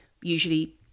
usually